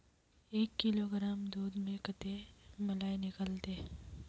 एक किलोग्राम दूध में कते मलाई निकलते?